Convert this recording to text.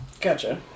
Gotcha